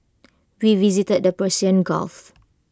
we visited the Persian gulf